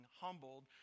humbled